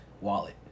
wallet